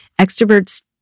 Extroverts